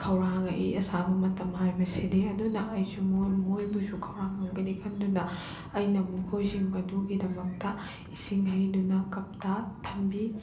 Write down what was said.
ꯈꯧꯔꯥꯡꯉꯛꯏ ꯑꯁꯥꯕ ꯃꯇꯝ ꯍꯥꯏꯕꯁꯤꯗꯤ ꯑꯗꯨꯅ ꯑꯩꯁꯨ ꯃꯣꯈꯣꯏꯕꯨꯁꯨ ꯈꯧꯔꯥꯡꯉꯝꯒꯅꯤ ꯈꯟꯗꯨꯅ ꯑꯩꯅ ꯃꯈꯣꯏꯁꯤꯡ ꯑꯗꯨꯒꯤꯗꯃꯛꯇ ꯏꯁꯤꯡ ꯍꯩꯗꯨꯅ ꯀꯞꯇ ꯊꯝꯕꯤ